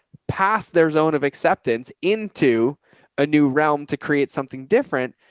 pass their zone of acceptance into a new realm to create something different.